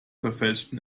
verfälschten